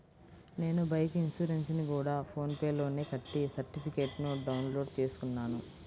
నేను బైకు ఇన్సురెన్సుని గూడా ఫోన్ పే లోనే కట్టి సర్టిఫికేట్టుని డౌన్ లోడు చేసుకున్నాను